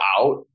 out